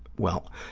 well,